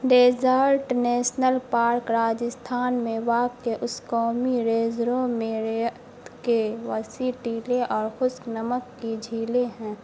desert national park Rajasthan میں واقع اس قومی ریزرو میں ریت کے وسیع ٹیلے اور خشک نمک کی جھیلیں ہیں